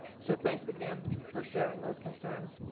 so thanks again for sharing those concerns,